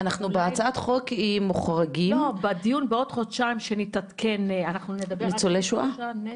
על ניצולי השואה.